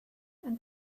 and